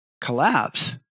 collapse